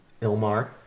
Ilmar